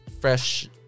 fresh